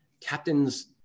captains